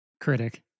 Critic